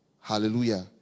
hallelujah